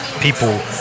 people